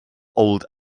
old